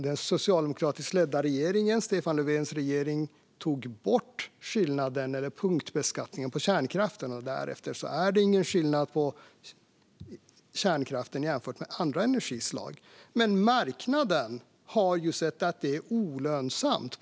Den socialdemokratiskt ledda regeringen, Stefan Löfvens regering, tog bort punktbeskattningen på kärnkraften. Därefter är det ingen skillnad mellan kärnkraften och andra energislag. Men marknaden har sett att det är olönsamt.